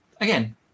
again